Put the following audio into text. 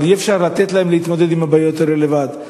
אבל אי-אפשר לתת להם להתמודד עם הבעיות האלה לבד.